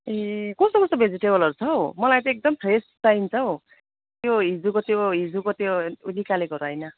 ए कस्तो कस्तो भेजिटेबलहरू छ हो मलाई चाहिँ एकदम फ्रेस चाहिन्छ हो त्यो हिजोको त्यो हिजोको त्यो उ निकालेकोहरू होइन